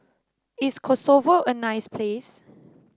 is Kosovo a nice place